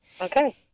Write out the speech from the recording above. Okay